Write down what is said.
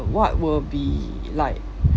what will be like